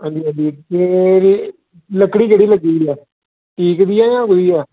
अंजी अंजी ते मेरी लकड़ी केह्दी लग्गी दी ऐ ठीक ऐ जां केह्ड़ी ऐ